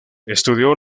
estudió